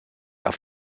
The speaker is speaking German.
auf